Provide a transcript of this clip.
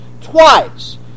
twice